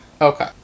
Okay